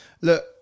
look